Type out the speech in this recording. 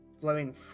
blowing